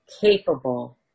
capable